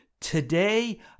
Today